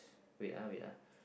wait ah wait ah